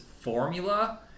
formula